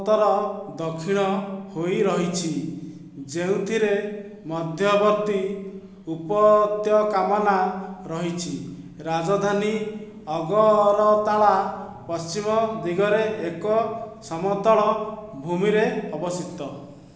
ଉତ୍ତର ଦକ୍ଷିଣ ହୋଇ ରହିଛି ଯେଉଁଥିରେ ମଧ୍ୟବର୍ତ୍ତୀ ଉପତ୍ୟକାମାନା ରହିଛି ରାଜଧାନୀ ଅଗରତାଲା ପଶ୍ଚିମ ଦିଗରେ ଏକ ସମତଳ ଭୂମିରେ ଅବସ୍ଥିତ